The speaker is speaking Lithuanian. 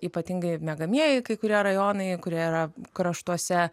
ypatingai miegamieji kai kurie rajonai kurie yra kraštuose